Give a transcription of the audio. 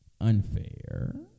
unfair